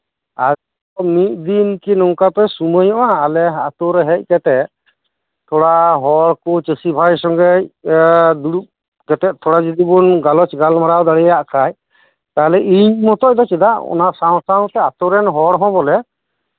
ᱟᱨᱦᱚᱸ ᱢᱤᱫ ᱫᱤᱱᱠᱤ ᱱᱚᱝᱠᱟᱯᱮ ᱥᱩᱢᱟᱹᱭᱚᱜ ᱟ ᱟᱞᱮ ᱟᱛᱩᱨᱮ ᱦᱮᱡ ᱠᱟᱛᱮᱜ ᱛᱷᱚᱲᱟ ᱦᱚᱲᱠᱩ ᱪᱟᱹᱥᱤ ᱵᱷᱟᱭ ᱥᱚᱸᱜᱮᱡᱫᱩᱲᱩᱵ ᱠᱟᱛᱮᱜ ᱛᱷᱚᱲᱟ ᱡᱚᱫᱤᱵᱩᱱ ᱜᱟᱞᱚᱪ ᱜᱟᱞᱢᱟᱨᱟᱣ ᱫᱟᱲᱮᱭᱟᱜ ᱛᱟᱦᱚᱞᱮ ᱤᱧ ᱢᱚᱛᱚᱡ ᱫᱚ ᱪᱮᱫᱟᱜ ᱚᱱᱟ ᱥᱟᱶ ᱥᱟᱶᱛᱮ ᱟᱹᱛᱩᱨᱮᱱ ᱦᱚᱲᱦᱚᱸ ᱵᱚᱞᱮ